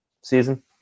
season